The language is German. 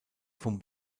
vom